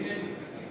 הנה הוא.